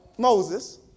Moses